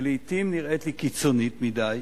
שלעתים נראית לי קיצונית מדי,